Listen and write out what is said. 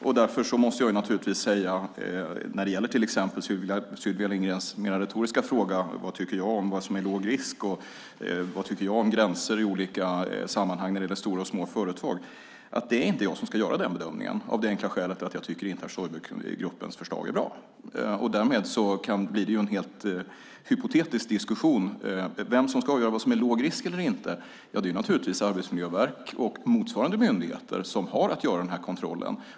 När det gäller Sylvia Lindgrens mer retoriska frågor om vad jag tycker är låg risk och vad jag tycker om gränser i olika sammanhang för små och stora företag måste jag säga att jag inte ska göra den bedömningen av det enkla skälet att jag inte tycker att Stoibergruppens förslag är bra. Därmed blir det en hypotetisk diskussion. Vem som ska avgöra vad som är låg risk eller inte är arbetsmiljöverk och motsvarande myndigheter som har att göra dessa kontroller.